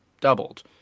doubled